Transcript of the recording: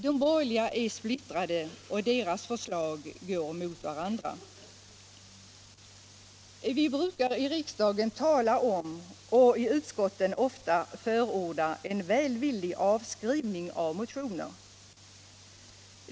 De borgerliga är splittrade och deras förslag går mot varandra. Vi brukar i riksdagen tala om och i utskotten förorda en välvillig skrivning om motioner.